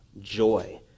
joy